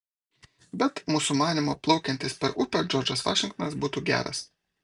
bet mūsų manymu plaukiantis per upę džordžas vašingtonas būtų geras